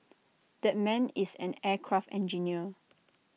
that man is an aircraft engineer